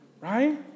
right